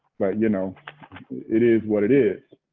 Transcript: but you know it is what it is.